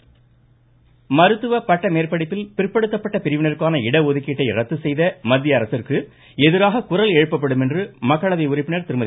கனிமொழி மருத்துவ பட்ட மேற்படிப்பில் பிற்படுத்தப்பட்ட பிரிவினருக்கான இடஒதுக்கீட்டை ரத்து செய்த மத்திய அரசிற்கு எதிராக குரல் எழுப்பப்படும் என மக்களவை உறுப்பினர் திருமதி